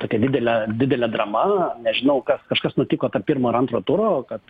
tokia didelė didelė drama nežinau kas kažkas nutiko tarp pirmo ir antro turo kad